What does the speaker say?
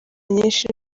nyinshi